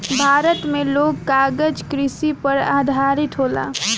भारत मे लोग कागज कृषि पर आधारित होला